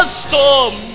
storm